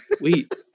wait